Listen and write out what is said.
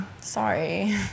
sorry